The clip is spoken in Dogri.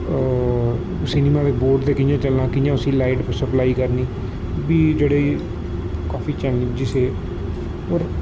सिनेमा दा बोर्ड ते कि'यां चलना कि'यां उसी लाइट सप्लाई करनी एह् बी जेह्ड़े काफी चैलैंजिज्स हे होर